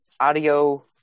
audio